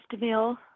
meal